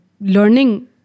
learning